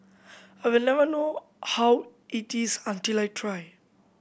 I'll never know how it is until I try